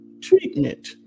treatment